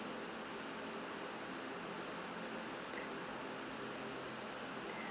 okay